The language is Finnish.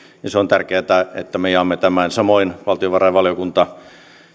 ja se on tärkeätä että me jaamme tämän samoin valtiovarainvaliokunta